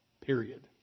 period